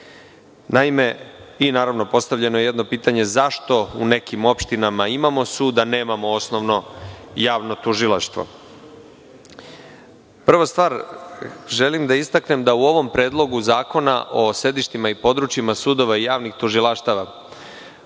sudova. Naravno, postavljeno je jedno pitanje – zašto u nekim opštinama imamo sud, a nemamo osnovno javno tužilaštvo? Prva stvar, želim da istaknem da u ovom Predlogu zakona o sedištima i područjima sudova i javnih tužilaštava